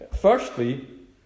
Firstly